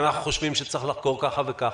אנחנו חושבים שצריך לחקור ככה וככה.